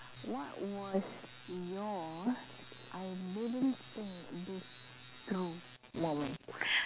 what was your I didn't think this through moment